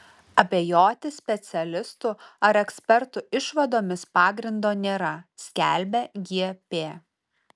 abejoti specialistų ar ekspertų išvadomis pagrindo nėra skelbia gp